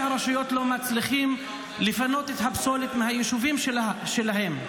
הרשויות לא מצליחים לפנות את הפסולת מהיישובים שלהם.